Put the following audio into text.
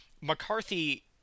McCarthy